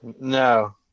no